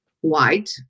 white